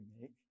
make